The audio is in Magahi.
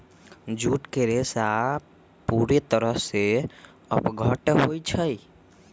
जूट के रेशा पूरे तरह से अपघट्य होई छई